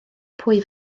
pwy